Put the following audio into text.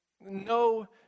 No